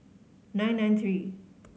nine nine three